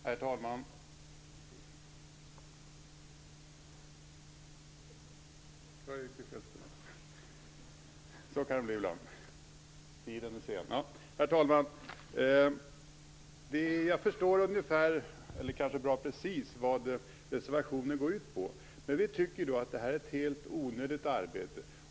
Herr talman! Jag förstår precis vad reservationen går ut på, men vi tycker att det innebär ett helt onödigt arbete.